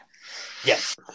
Yes